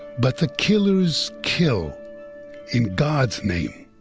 but the killers kill in god's name.